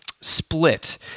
split